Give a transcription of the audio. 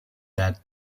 that